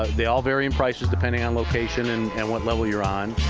they all vary in prices depending on location and and what level you're on.